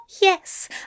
yes